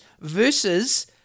versus